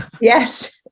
yes